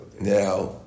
Now